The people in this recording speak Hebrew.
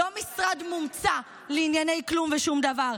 לא משרד מומצא לענייני כלום ושום דבר,